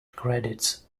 credits